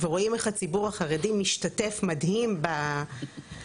ורואים איך הציבור החרדי משתתף מדהים בהשבה.